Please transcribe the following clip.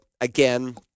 again